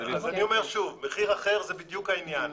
אז אני אומר שוב: מחיר אחר זה בדיוק העניין.